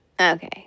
Okay